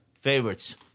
Favorites